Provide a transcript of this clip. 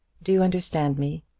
do you understand me?